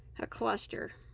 a cluster